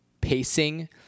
pacing